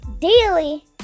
daily